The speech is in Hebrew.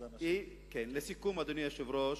לסיכום, אדוני היושב-ראש,